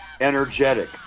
energetic